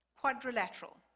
quadrilateral